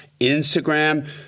Instagram